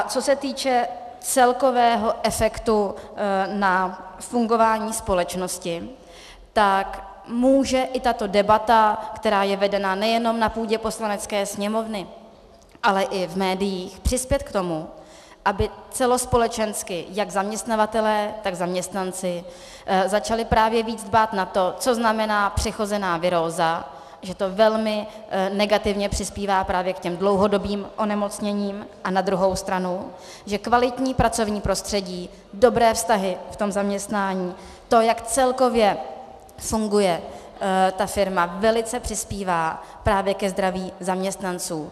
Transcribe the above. A co se týče celkového efektu na fungování společnosti, může i tato debata, která je vedena nejenom na půdě Poslanecké sněmovny, ale i v médiích, přispět k tomu, aby celospolečensky jak zaměstnavatelé, tak zaměstnanci začali právě více dbát na to, co znamená přechozená viróza, že to velmi negativně přispívá právě k těm dlouhodobým onemocněním, a na druhou stranu že kvalitní pracovní prostředí, dobré vztahy v zaměstnání, to, jak celkově funguje firma, velice přispívá ke zdraví zaměstnanců.